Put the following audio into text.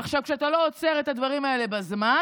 עכשיו, כשאתה לא עוצר את הדברים האלה בזמן,